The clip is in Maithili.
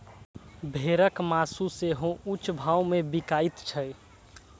भेड़क मासु सेहो ऊंच भाव मे बिकाइत छै